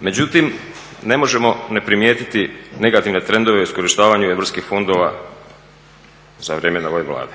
Međutim, ne možemo ne primijetiti negativne trendove u iskorištavanju europskih fondova za vrijeme ove Vlade.